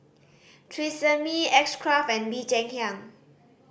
Tresemme X Craft and Bee Cheng Hiang